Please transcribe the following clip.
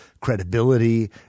credibility